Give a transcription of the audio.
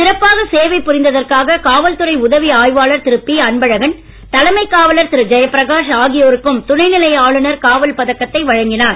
சிறப்பாக சேவை புரிந்ததற்காக காவல்துறை உதவி ஆய்வாளர் திரு பி அன்பழகன் தலைமைக் காவலர் திரு ஜெயபிரகாஷ் ஆகியோருக்கும் துணை நிலை ஆளுநரின் காவல் பதக்கத்தை வழங்கினார்